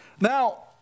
Now